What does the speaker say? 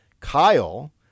Kyle